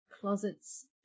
closets